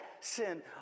sin